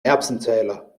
erbsenzähler